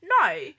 no